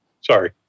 Sorry